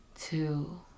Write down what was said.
two